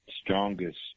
strongest